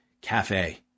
cafe